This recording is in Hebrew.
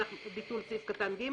ביטול סעיף קטן (ג)